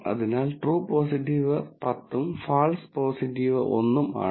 അതിനാൽ true positive 10 ഉം false positive 1 ഉം ആണ്